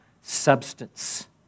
substance